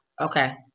Okay